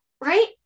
Right